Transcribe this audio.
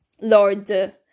Lord